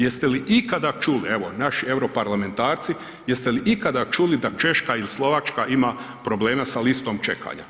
Jeste li ikada čuli, evo naši europarlamentarci, jeste li ikada čuli da Češka ili Slovačka ima problema sa listom čekanja?